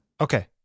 Okay